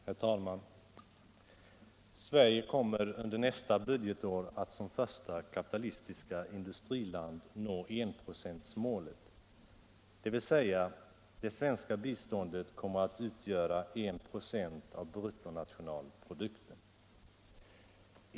Herr talman! Sverige kommer under nästa budgetår att som första kapitalistiska industriland nå enprocentsmålet, dvs. det svenska biståndet kommer att utgöra 1 26 av bruttonationalprodukten.